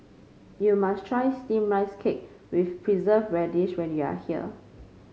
you must try steamed Rice Cake with Preserved Radish when you are here